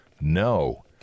no